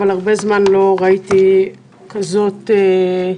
אבל הרבה זמן לא ראיתי כזאת התעסקות,